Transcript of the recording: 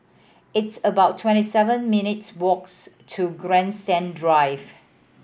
it's about twenty seven minutes' walks to Grandstand Drive